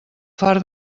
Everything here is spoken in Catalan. far